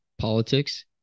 politics